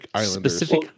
Specific